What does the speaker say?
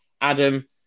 Adam